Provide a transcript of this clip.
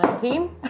team